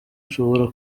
nshobora